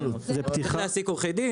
צריך להעסיק עורכי דין,